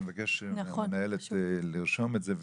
אני מבקש מהמנהלת לרשום את זה,